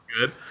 good